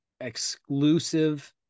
exclusive